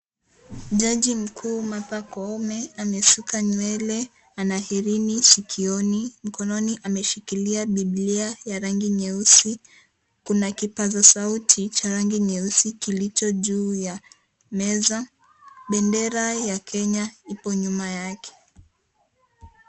Maji mkuu Martha koome ameshika nywele ana herini sikioni. Mkononi ameshikilia biblia ya rangi nyeusi. Kuna kipaza sauti cha rangi nyeusi kilicho juu ya meza, bendera ya Kenya ipo nyuma yake.